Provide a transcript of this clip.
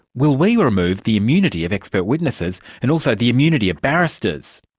will we remove the immunity of expert witnesses and also the immunity of barristers?